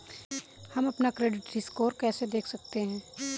हम अपना credit score कैसे देख सकते हैं?